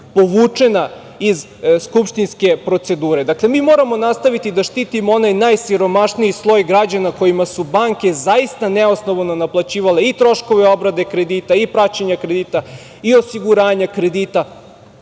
povučena iz skupštinske procedure. Mi moramo nastaviti da štitimo onaj najsiromašniji sloj građana kojima su banke zaista neosnovano naplaćivale i troškove obrade kredita, i praćenja kredita, i osiguranje kredita